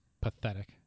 pathetic